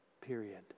period